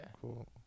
Cool